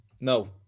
No